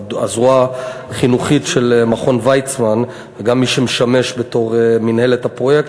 הזרוע החינוכית של מכון ויצמן וגם מי שמשמש בתור מינהלת הפרויקט,